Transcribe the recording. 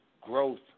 growth